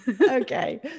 Okay